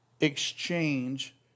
exchange